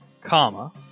comma